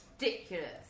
Ridiculous